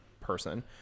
person